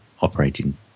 operating